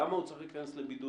למה הוא צריך להיכנס לבידוד,